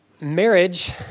Marriage